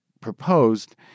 proposed